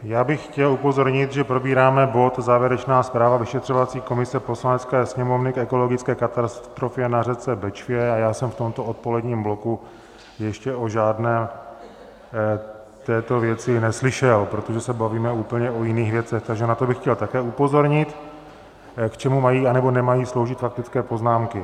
Já bych chtěl upozornit, že probíráme bod Závěrečná zpráva vyšetřovací komise Poslanecké sněmovny k ekologické katastrofě na řece Bečvě, a já jsem v tomto odpoledním bloku ještě o žádné této věci neslyšel, protože se bavíme úplně o jiných věcech, takže na to bych chtěl také upozornit, k čemu mají, nebo nemají sloužit faktické poznámky.